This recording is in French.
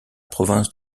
province